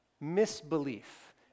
Misbelief